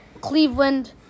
Cleveland